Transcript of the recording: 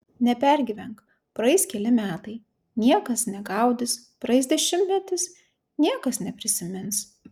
nepergyvenk praeis keli metai niekas negaudys praeis dešimtmetis niekas neprisimins